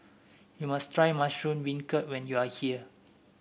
you must try Mushroom Beancurd when you are here